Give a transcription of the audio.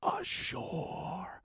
ashore